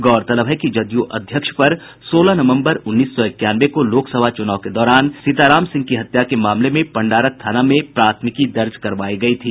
गौरतलब है कि जदयू अध्यक्ष पर सोलह नवम्बर उन्नीस सौ इक्यानवे को लोकसभा चुनाव के दौरान सीताराम सिंह की हत्या के मामले में पंडारक थाना में एक प्राथमिकी दर्ज करवायी गयी थी